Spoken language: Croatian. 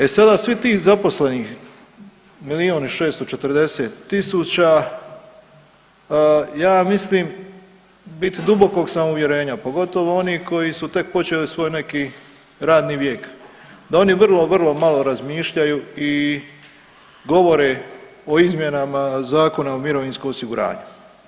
E sada, svi ti zaposlenih milijun i 640 tisuća, ja mislim, u biti dubokog sam uvjerenja, pogotovo oni koji su tek počeli svoj neki radni vijek, da oni vrlo, vrlo malo razmišljaju i govore o izmjenama Zakona o mirovinskom osiguranju.